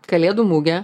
kalėdų mugę